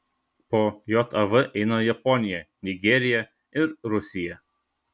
po jav eina japonija nigerija ir rusija